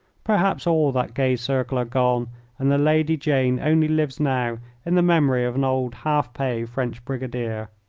perhaps all that gay circle are gone and the lady jane only lives now in the memory of an old half-pay french brigadier.